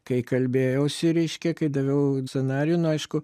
kai kalbėjausi reiškia kai daviau scenarijų nu aišku